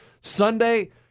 Sunday